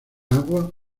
agua